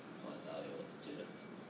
!walao! eh 我是觉得很是